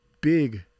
big